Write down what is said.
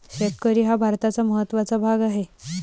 शेतकरी हा भारताचा महत्त्वाचा भाग आहे